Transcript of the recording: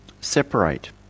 separate